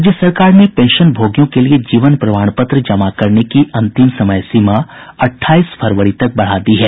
राज्य सरकार ने पेंशनभोगियों के लिये जीवन प्रमाणपत्र जमा करने की अंतिम समयसीमा अट्ठाईस फरवरी तक बढ़ा दी है